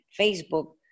Facebook